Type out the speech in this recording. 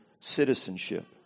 citizenship